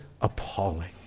appalling